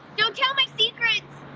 don't tell my secrets.